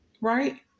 Right